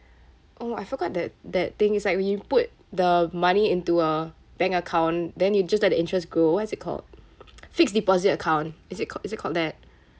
oh I forgot that that thing is like when you put the money into a bank account then you just let the interest grow what is it called fixed deposit account is it call is it called that